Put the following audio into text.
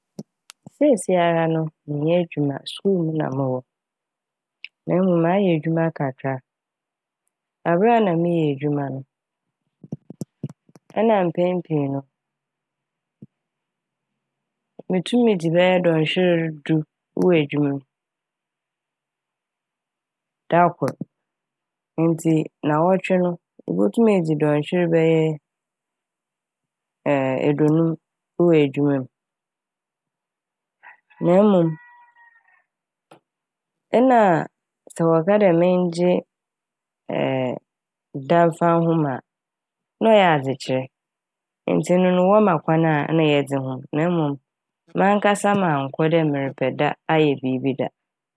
Siesiara no mennyɛ edwuma skuul mu na mowɔ na mom mayɛ edwuma kakra a. Aber a nna meyɛ edwuma no nna mpɛn pii no mutum dzi bɛyɛɛ dɔnhwer du ewɔ edwuma m' da kor. Ntsi naawɔtwe no ebotum edzi dɔnhwer bɛyɛɛ eduonum ewɔ edwuma m' na mom nna sɛ wɔka dɛ mengye da mfa nhom a na a ɔyɛ adzekyerɛ ntsi no no wɔma kwan a nna yɛdze ho na mom mankasa maankɔ dɛ merepɛ da ayɛ biibi da.